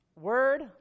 Word